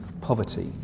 poverty